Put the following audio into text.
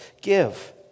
give